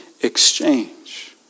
exchange